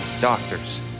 doctors